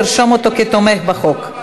לרשום אותו כתומך בחוק.